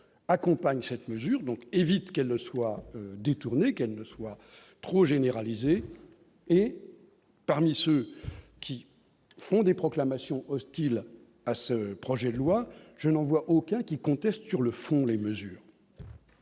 accompagnent cette mesure donc évite qu'elle ne soit détournée qu'elles ne soient trop généraliser et parmi ceux qui font des proclamations hostiles à ce projet de loi, je n'en vois aucun qui conteste sur le fond, les mesures.